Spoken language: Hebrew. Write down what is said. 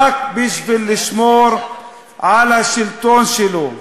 רק בשביל לשמור על השלטון שלו.